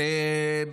למה?